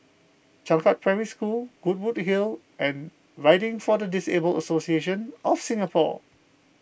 Changkat Primary School Goodwood Hill and Riding for the Disabled Association of Singapore